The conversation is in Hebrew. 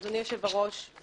אדוני היושב בראש,